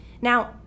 Now